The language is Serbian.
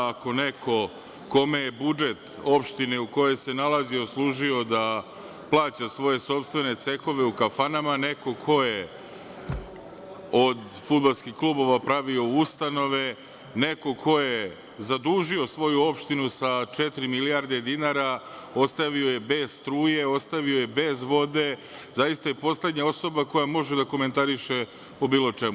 Ako neko kome je budžet opštine u kojoj se nalazi poslužio da plaća svoje sopstvene cehove u kafanama, neko ko je od fudbalskih klubova pravio ustanove, neko ko je zadužio svoju opštinu sa četiri milijarde dinara, ostavio je bez struje, bez vode, zaista je poslednja osoba koja može da komentariše o bilo čemu.